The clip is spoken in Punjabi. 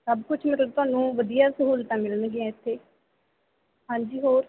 ਸਭ ਕੁਛ ਮਤਲਬ ਤੁਹਾਨੂੰ ਵਧੀਆ ਸਹੂਲਤਾਂ ਮਿਲਣਗੀਆਂ ਇੱਥੇ ਹਾਂਜੀ ਹੋਰ